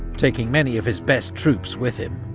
taking many of his best troops with him,